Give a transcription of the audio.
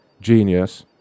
Genius